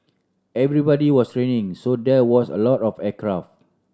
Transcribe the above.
everybody was training so there was a lot of aircraft